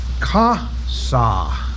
Kasa